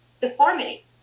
deformity